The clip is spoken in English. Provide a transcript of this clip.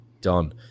done